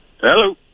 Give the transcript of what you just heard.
Hello